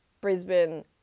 brisbane